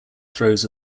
throws